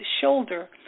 shoulder